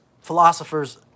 philosophers